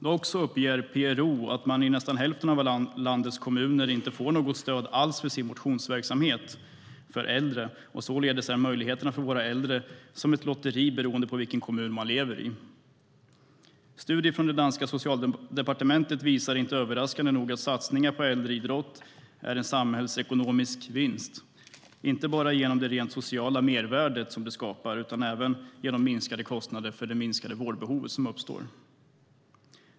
Dock uppger PRO att man i nästan hälften av landets kommuner inte får något stöd alls för sin motionsverksamhet för äldre. Således är möjligheterna för våra äldre ett lotteri beroende på vilken kommun de lever i. Studier från det danska socialdepartementet visar, vilket inte är överraskande, att satsningar på äldreidrott är en samhällsekonomisk vinst, inte bara på grund av det rent sociala mervärde det skapar utan även på grund av minskade kostnader genom det minskade vårdbehov som uppstår.